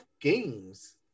games